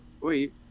Wait